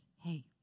hey